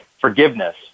forgiveness